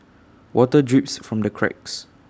water drips from the cracks